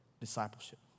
discipleship